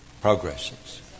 progresses